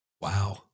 Wow